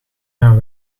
gaan